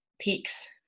peaks